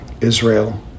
Israel